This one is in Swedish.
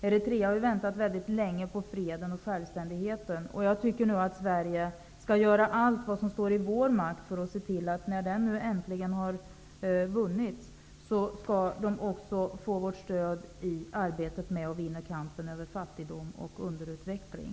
Eritrea har väntat väldigt länge på freden och självständigheten. Nu har de äntligen vunnit den. Jag tycker att Sverige skall göra allt vad som står i vår makt för att ge vårt stöd i arbetet med att vinna kampen över fattigdom och underutveckling.